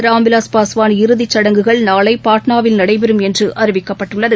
ராம்விலாஸ் பாஸ்வான் இறுதிச் சடங்குகள் நாளை பாட்னாவில் நடைபெறம் என்று அறிவிக்கப்பட்டுள்ளது